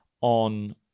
on